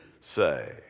say